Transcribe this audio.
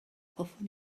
hoffwn